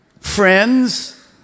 friends